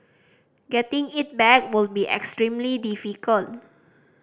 getting it back would be extremely difficult